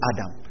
Adam